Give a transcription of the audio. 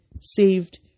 saved